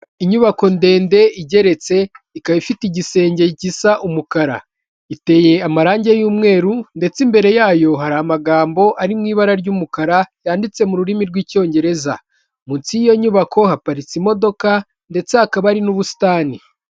Inyubako ndende igeretse ikaba ifite igisenge gisa umukara. Iteye amarangi y'umweru ndetse imbere yayo hari amagambo ari mu ibara ry'umukara, yanditse mu rurimi rw'icyongereza. Munsi y'iyo nyubako haparitse imodoka ndetse hakaba hari n'ubusitani.